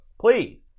Please